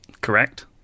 Correct